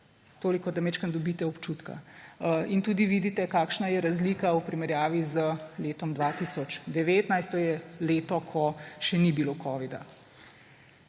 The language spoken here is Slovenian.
Toliko da malo dobite občutka in tudi vidite, kakšna je razlika v primerjavi z letom 2019. To je leto, ko še ni bilo covida.